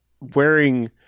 wearing